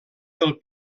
del